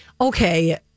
Okay